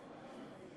חובתנו.